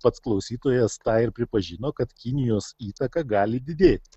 pats klausytojas tą ir pripažino kad kinijos įtaka gali didėti